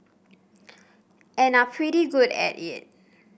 and are pretty good at it